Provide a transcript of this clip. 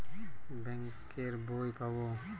Bank এর বই পাবো?